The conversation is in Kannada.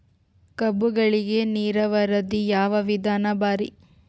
ಕಬ್ಬುಗಳಿಗಿ ನೀರಾವರಿದ ಯಾವ ವಿಧಾನ ಭಾರಿ?